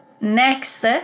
next